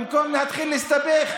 במקום להתחיל להסתבך.